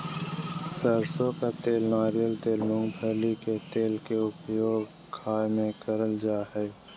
सरसों का तेल नारियल तेल मूंगफली के तेल के उपयोग खाय में कयल जा हइ